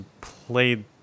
played